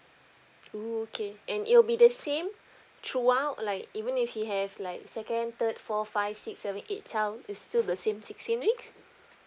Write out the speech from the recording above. oo okay and it will be the same throughout like even if he have like second third four five six seven eight child is still the same sixteen weeks